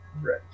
right